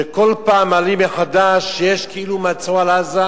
שכל פעם מראים מחדש שיש כאילו מצור על עזה,